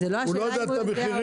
הוא לא יודע את המחירים,